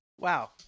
Wow